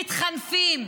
מתחנפים,